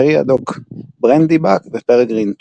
מריאדוק ברנדיבאק ופרגרין טוק.